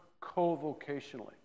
co-vocationally